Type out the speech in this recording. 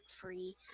free